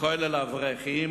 לכולל אברכים,